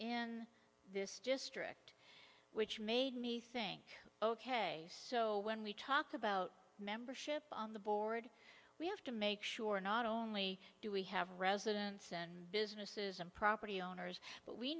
in this district which made me think ok so when we talk about membership on the board we have to make sure not only do we have residents and businesses and property owners but we